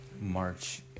March